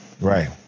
Right